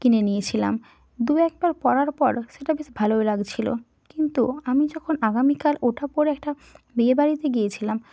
কিনে নিয়েছিলাম দু একবার পরার পর সেটা বেশ ভালোও লাগছিলো কিন্তু আমি যখন আগামীকাল ওটা পরে একটা বিয়েবাড়িতে গিয়েছিলাম